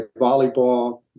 volleyball